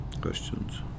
Questions